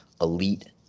elite